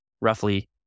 roughly